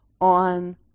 on